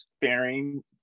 fairing